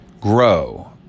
grow